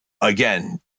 again